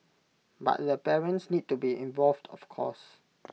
but the parents need to be involved of course